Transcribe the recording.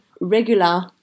regular